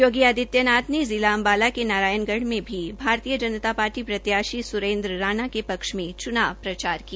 योगी आदित्य नाथ ने जिला अम्बाला के नारायणगढ़ में की भाजपा प्रत्याशी सुरेन्द्र राणा के पक्ष मे चुनाव प्रचार किया